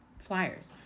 flyers